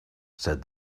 said